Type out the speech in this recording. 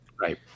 Right